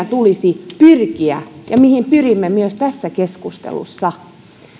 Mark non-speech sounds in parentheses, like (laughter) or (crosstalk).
(unintelligible) tulisi pyrkiä ja mihin pyrimme myös tässä keskustelussa